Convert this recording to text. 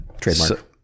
trademark